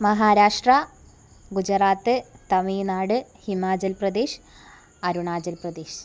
Maharashtra Gujarat Tamil Nadu Himachal Pradesh Arunachal Pradesh